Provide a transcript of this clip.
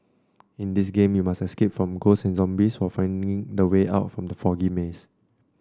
in this game you must escape from ghosts and zombies while finding the way out from the foggy maze